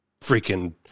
freaking